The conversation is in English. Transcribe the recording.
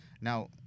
now